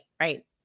right